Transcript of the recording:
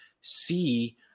see